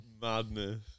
Madness